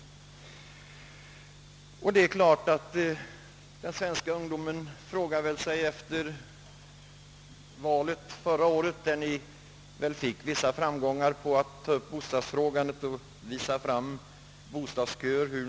I. det senaste valet vann ni väl vissa framgångar på att ta upp bostadsfrågan och på att lämna mer eller mindre rik tiga uppgifter om hur stora bostadsköerna är.